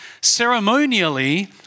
ceremonially